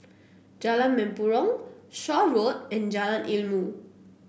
Jalan Mempurong Shaw Road and Jalan Ilmu